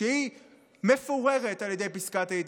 והיא מפוררת על ידי פסקת ההתגברות.